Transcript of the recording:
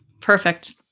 Perfect